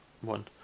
one